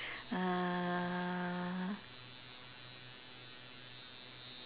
uh